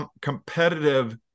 competitive